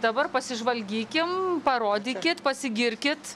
dabar pasižvalgykim parodykit pasigirkit